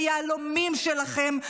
ביהלומים שלכם,